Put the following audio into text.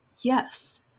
Yes